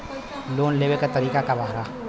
Loan लेवे क तरीकाका होला?